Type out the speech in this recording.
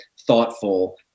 thoughtful